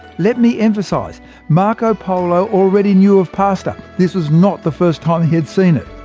let me emphasise marco polo already knew of pasta this was not the first time he had seen it.